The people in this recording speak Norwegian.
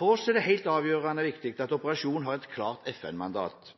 For oss er det helt avgjørende viktig at operasjonen har et klart FN-mandat.